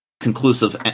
conclusive